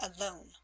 alone